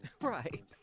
Right